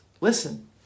listen